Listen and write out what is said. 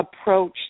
approach